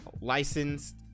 licensed